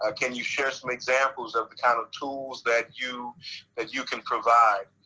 ah can you share some examples of the kind of tools that you that you can provide?